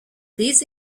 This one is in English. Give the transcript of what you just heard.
these